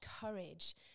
courage